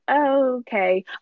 okay